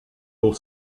pour